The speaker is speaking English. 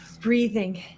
breathing